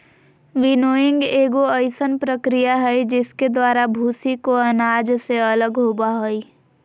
winnowing एगो अइसन प्रक्रिया हइ जिसके द्वारा भूसी को अनाज से अलग होबो हइ